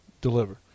deliver